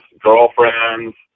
girlfriends